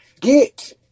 get